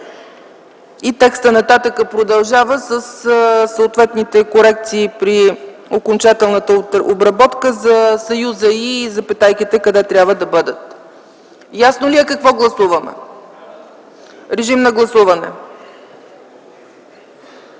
и текстът нататък продължава със съответните корекции при окончателната обработка за съюза „и” и запетайките къде трябва да бъдат. Ясно ли е какво гласуваме? РЕПЛИКИ ОТ